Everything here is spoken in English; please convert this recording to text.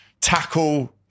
Tackle